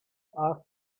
asked